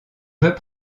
jouait